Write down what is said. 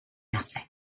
nothing